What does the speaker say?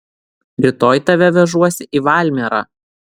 rytoj tave vežuosi į valmierą